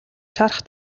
шарх